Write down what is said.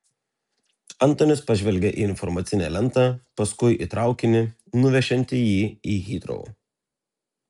antonis pažvelgė į informacinę lentą paskui į traukinį nuvešiantį jį į hitrou